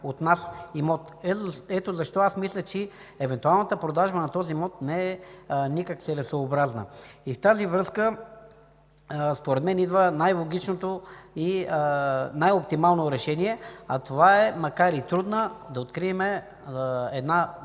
имот. Ето защо аз мисля, че евентуалната продажба на този имот не е целесъобразна. В тази връзка според мен идва най-логичното и оптимално решение – макар и трудно, да открием